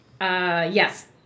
Yes